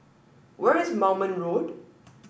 where is Moulmein Road